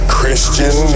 Christian